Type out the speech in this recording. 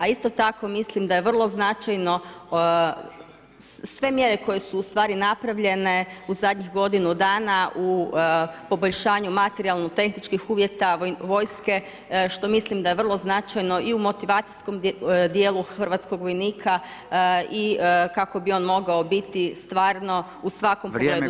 Isto tako mislim da je vrlo značajno, sve mjere koje su ustvari napravljene u zadnjih godinu dana u poboljšanju materijalno tehničkih uvjeta vojske, što mislim da je vrlo značajno i u motivacijskom djelu hrvatskog vojnika i kako bi on mogao biti stvarno u svakom [[Upadica Furio Radin: vrijeme gospođo Jelkovac.]] Pogledu zbrinut.